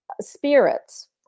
spirits